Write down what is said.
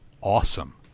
awesome